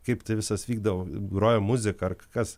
kaip tai visas vykdavo groja muzika ar kas